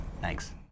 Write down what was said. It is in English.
Thanks